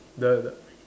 the the